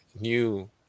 new